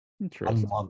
Interesting